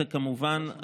כמובן,